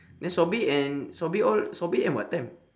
then sobri and sobri all sobri end what time